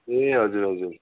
ए हजुर हजुर